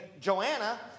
Joanna